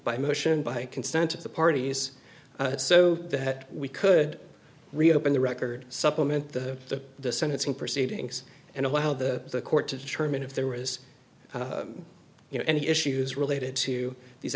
by motion by consent of the parties so that we could reopen the record supplement the the sentencing proceedings and allow the court to determine if there was you know any issues related to these